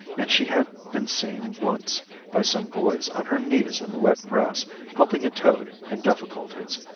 and she had been seen once by some boys on her knees in the wet grass helping a toad in difficulties.